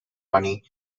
money